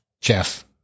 Jeff